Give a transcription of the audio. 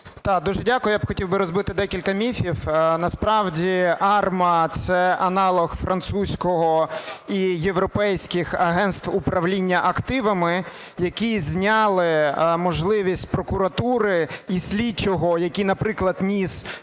Так, дуже дякую. Я б хотів розбити декілька міфів. Насправді АРМА – це аналог французького і європейських агентств управління активами, які зняли можливість прокуратури і слідчого, який, наприклад, ніс